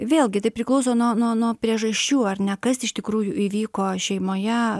vėlgi tai priklauso nuo nuo nuo priežasčių ar ne kas iš tikrųjų įvyko šeimoje